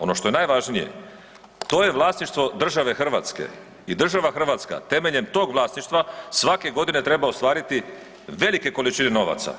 Ono što je najvažnije to je vlasništvo države Hrvatske i država Hrvatska temeljem tog vlasništva svake godine treba ostvariti velike količine novaca.